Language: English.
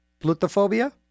plutophobia